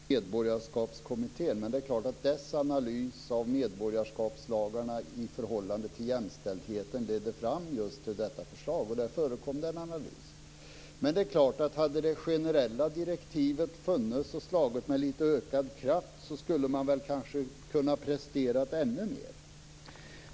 Fru talman! Visst kan vi diskutera Medborgarskapskommittén, men det är klart att dennas analys av medborgarskapslagarna i förhållande till jämställdheten ledde fram just till detta förslag. Och där förekom det en analys. Men det är klart, hade det generella direktivet funnits och slagit med lite ökad kraft hade man kanske kunnat prestera ännu mer.